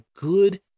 good